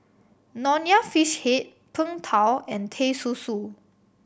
Nonya Fish Head Png Tao and Teh Susu